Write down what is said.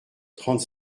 trente